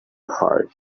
heart